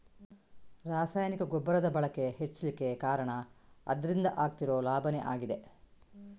ರಾಸಾಯನಿಕ ಗೊಬ್ಬರದ ಬಳಕೆ ಹೆಚ್ಲಿಕ್ಕೆ ಕಾರಣ ಅದ್ರಿಂದ ಆಗ್ತಿರೋ ಲಾಭಾನೇ ಆಗಿದೆ